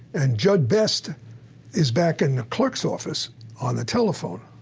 and jud best is back in the clerk's office on the telephone.